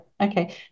okay